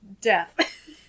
death